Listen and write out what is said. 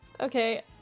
Okay